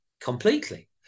completely